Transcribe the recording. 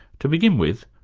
to begin with,